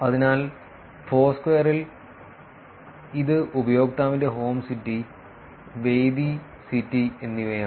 അതിനാൽ ഫോർസ്ക്വയറിൽ ഇത് ഉപയോക്താവിന്റെ ഹോം സിറ്റി വേദി സിറ്റി എന്നിവയാണ്